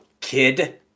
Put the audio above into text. kid